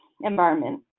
environment